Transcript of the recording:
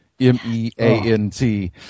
M-E-A-N-T